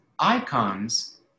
icons